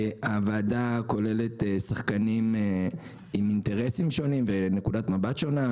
הוועדה כוללת שחקנים עם אינטרסים שונים ונקודות מבט שונות.